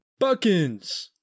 Buckins